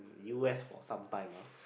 u_s for sometime ah